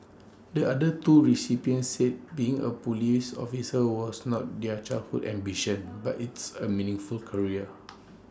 the other two recipients said being A Police officer was not their childhood ambition but it's A meaningful career